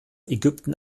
ägypten